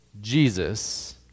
Jesus